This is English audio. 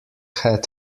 had